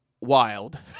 wild